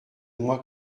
mois